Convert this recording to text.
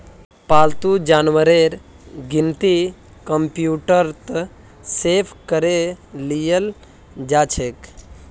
पालतू जानवरेर गिनती कंप्यूटरत सेभ करे लियाल जाछेक